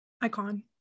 icon